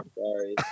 sorry